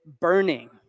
burning